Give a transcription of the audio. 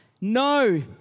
No